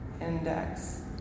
Index